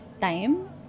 time